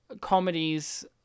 comedies